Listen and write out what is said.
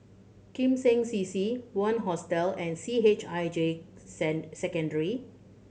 Kim Seng C C Bunc Hostel and C H I J Send Secondary